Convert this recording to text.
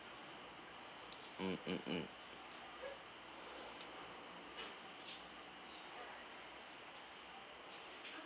mm mm mm